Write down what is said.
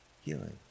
healing